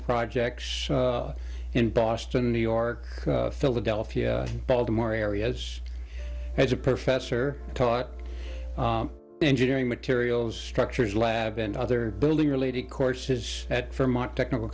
projects in boston new york philadelphia baltimore area as as a professor taught engineering materials structures lab and other building related courses at fairmont technical